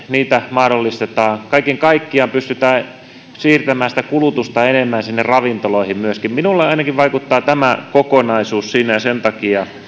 mahdollistetaan kaiken kaikkiaan pystytään siirtämään sitä kulutusta enemmän sinne ravintoloihin myöskin minuun ainakin vaikuttaa tämä kokonaisuus siinä ja sen takia